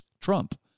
Trump